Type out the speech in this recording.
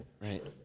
right